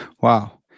Wow